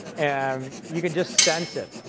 and you can just sense it.